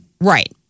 Right